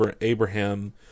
Abraham